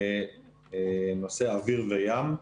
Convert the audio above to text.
לנושא אוויר וים.